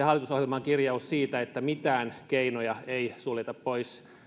hallitusohjelman kirjauksen siitä että mitään keinoja ei suljeta pois